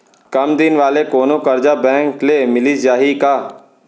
कम दिन वाले कोनो करजा बैंक ले मिलिस जाही का?